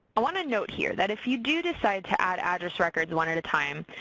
i want to note here that if you do decide to add address records one at a time,